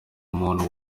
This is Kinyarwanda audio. muntu